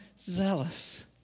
zealous